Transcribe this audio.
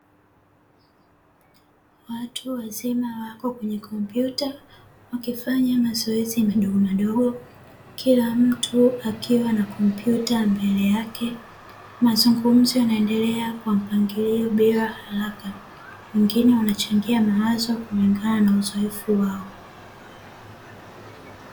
Watu wazima wako kwenye kompyuta wakifanya mazoezi madogomadogo kila mtu akiwa na kompyuta mbele yake, mazungumzo yanaendelea kwa mpangilio bila haraka. Wengine wanachangia mawazo kulingana na uzoefu wao.